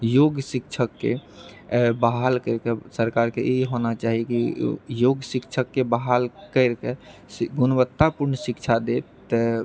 योग्य शिक्षकके आओर बहाल करिके सरकारके ई होना चाही कि योग्य शिक्षकके बहाल करिके गुणवत्तापूर्ण शिक्षा दए तऽ